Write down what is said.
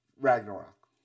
Ragnarok